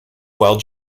while